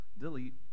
delete